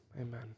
amen